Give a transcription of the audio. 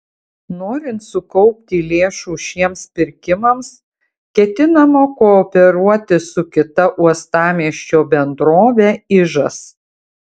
norint sukaupti lėšų šiems pirkimams ketinama kooperuotis su kita uostamiesčio bendrove ižas